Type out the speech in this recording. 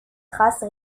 trace